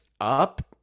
up